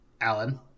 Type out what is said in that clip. Alan